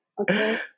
Okay